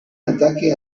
ataque